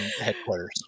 headquarters